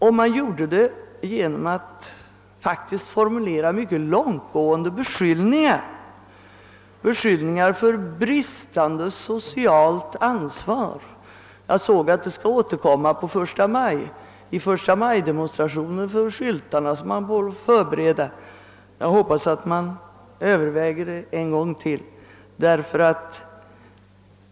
Man har gjort det genom att formulera mycket långtgående beskyllningar för bristande socialt ansvar. Jag såg att dessa beskyllningar skall återkomma i förstamajdemonstrationerna på de skyltar man håller på att förbereda. Jag hoppas, att man tänker över den saken än en gång.